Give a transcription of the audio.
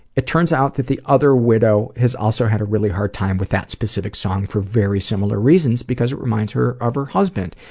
it turns out that the other widow has also had a really hard time with that specific song for very similar reasons, because it reminds her of her husband.